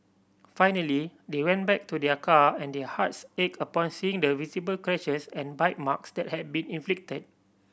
finally they went back to their car and their hearts ached upon seeing the visible scratches and bite marks that had been inflicted